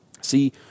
See